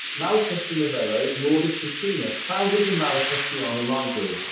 malatesta novello, lord of cesena, founded the malatestiana library.